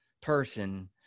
person